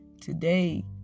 today